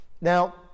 Now